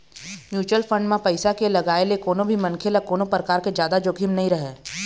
mutual fund म पइसा के लगाए ले कोनो भी मनखे ल कोनो परकार के जादा जोखिम नइ रहय